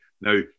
Now